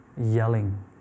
yelling